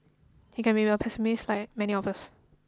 he can be a pessimist like many of us